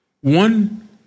one